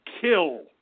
kill